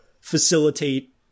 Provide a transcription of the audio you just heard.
facilitate